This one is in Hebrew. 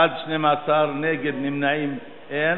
בעד, 12. נגד, נמנעים, אין.